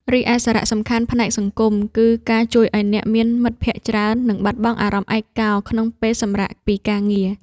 រីឯសារៈសំខាន់ផ្នែកសង្គម គឺការជួយឱ្យអ្នកមានមិត្តភក្តិច្រើន និងបាត់បង់អារម្មណ៍ឯកោក្នុងពេលសម្រាកពីការងារ។